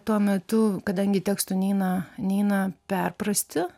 tuo metu kadangi tekstų neina neina perprasti